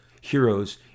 heroes